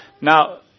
Now